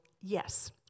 yes